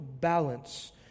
balance